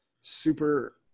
super